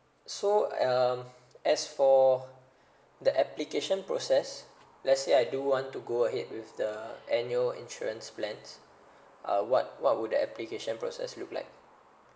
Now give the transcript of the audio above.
so um as for the application process let's say I do want to go ahead with the annual insurance plans uh what what would the application process look like